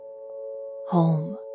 Home